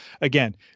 again